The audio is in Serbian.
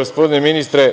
gospodine ministre,